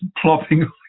plopping